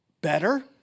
better